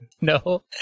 No